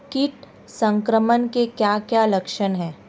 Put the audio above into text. कीट संक्रमण के क्या क्या लक्षण हैं?